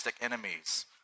enemies